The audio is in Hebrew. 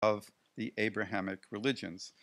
of the Abrahamic religions.